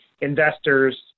investors